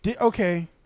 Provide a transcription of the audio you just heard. Okay